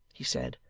he said,